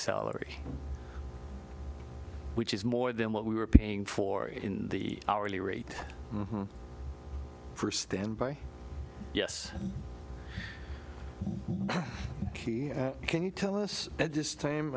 salary which is more than what we were paying for in the hourly rate for standby yes can you tell us at this time